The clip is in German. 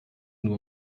nur